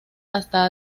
hasta